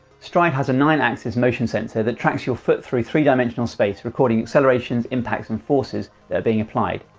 stryd has a nine axis motion sensor that tracks your foot through three dimensional space, recording accelerations, impacts and forces that are being applied.